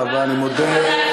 אני מודה.